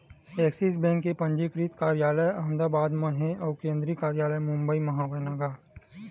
Axis bank के पंजीकृत कारयालय अहमदाबाद म हे अउ केंद्रीय कारयालय मुबई म हवय न गा